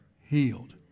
healed